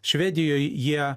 švedijoj jie